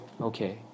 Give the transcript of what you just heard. Okay